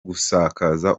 gusakaza